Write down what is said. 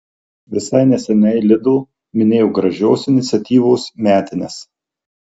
visai neseniai lidl minėjo gražios iniciatyvos metines